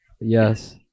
Yes